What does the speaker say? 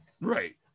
right